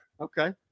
Okay